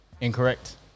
Incorrect